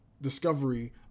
discovery